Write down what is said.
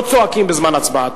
לא צועקים בזמן הצבעה.